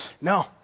no